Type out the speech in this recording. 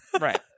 right